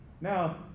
Now